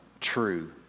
true